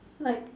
like